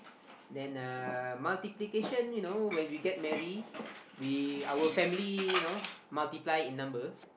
then uh multiplication you know when we get marry we our family you know multiply in number